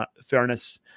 fairness